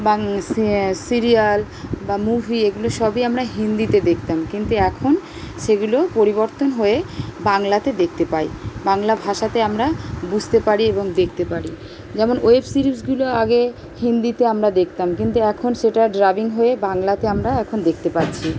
বাং সি সিরিয়াল বা মুভি এগুলো সবই আমরা হিন্দিতে দেখতাম কিন্তু এখন সেগুলো পরিবর্তন হয়ে বাংলাতে দেখতে পাই বাংলা ভাষাতে আমরা বুঝতে পারি এবং দেখতে পারি যেমন ওয়েব সিরিজগুলো আগে হিন্দিতে আমরা দেখতাম কিন্তু এখন সেটা ডাবিং হয়ে বাংলাতে আমরা এখন দেখতে পাচ্ছি